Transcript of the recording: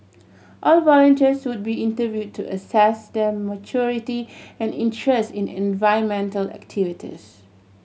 all volunteers would be interview to assess their maturity and interest in environmental activities